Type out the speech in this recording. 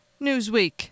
Newsweek